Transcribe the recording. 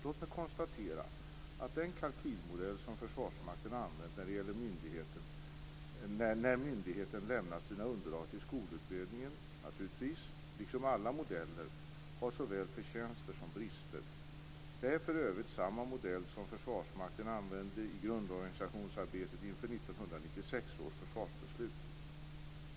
Låt mig konstatera att den kalkylmodell som Försvarsmakten har använt när myndigheten lämnat sina underlag till Skolutredningen naturligtvis - liksom alla modeller - har såväl förtjänster som brister. Det är för övrigt samma modell som Försvarsmakten använde i grundorganisationsarbetet inför 1996 års försvarsbeslut.